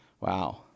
Wow